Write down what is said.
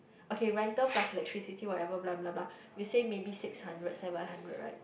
okay rental plus electricity whatever blah blah blah we say maybe six hundred seven hundred right